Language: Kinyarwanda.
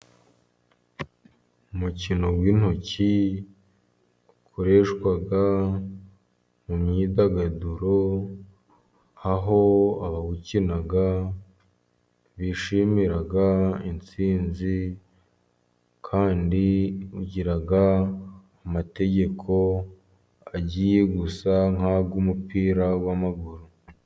Umukino w'intoki ukoreshwa mu myidagaduro, aho abawukina bishimira intsinzi ,kandi ugira amategeko, agiye gusa nkay' umupira w'amaguru.